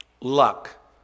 Luck